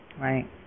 Right